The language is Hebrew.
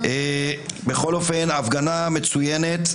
בכל אופן הפגנה מצוינת,